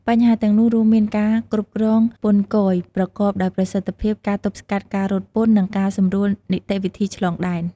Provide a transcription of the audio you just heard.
បញ្ហាទាំងនោះរួមមាន ការគ្រប់គ្រងពន្ធគយ ប្រកបដោយប្រសិទ្ធភាព ការទប់ស្កាត់ការរត់ពន្ធ និងការសម្រួលនីតិវិធីឆ្លងដែន។